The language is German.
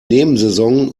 nebensaison